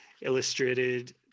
illustrated